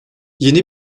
yeni